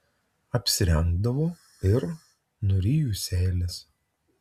apsirengdavau ir nuryju seiles